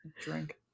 drink